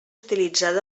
utilitzat